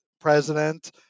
president